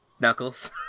knuckles